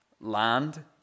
Land